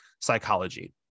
psychology